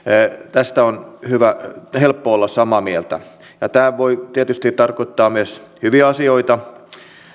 tästä on helppo olla samaa mieltä tämä voi tietysti tarkoittaa myös hyviä asioita